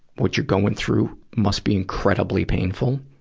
what you're going through must be incredibly painful,